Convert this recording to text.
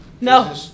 No